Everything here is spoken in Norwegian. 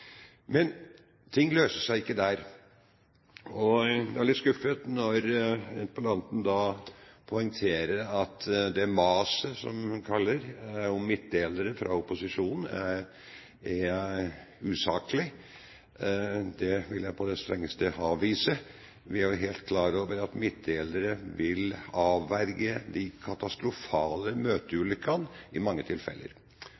Men ting løser seg ikke der. Jeg er veldig skuffet når interpellanten poengterer at maset – som hun kaller det – fra opposisjonen om midtdelere er usaklig. Det vil jeg på det sterkeste avvise. Vi er jo helt klar over at midtdelere i mange tilfeller vil avverge de katastrofale